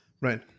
right